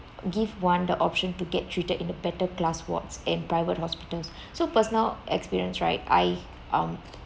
give one the option to get treated in a better class wards in private hospitals so personal experience right I um